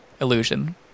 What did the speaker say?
illusion